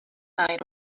night